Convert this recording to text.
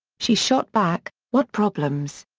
she shot back, what problems?